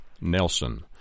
Nelson